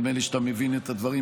נדמה לי שאתה מבין את הדברים.